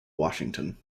washington